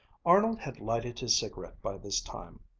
arnold had lighted his cigarette by this time,